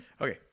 okay